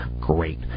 Great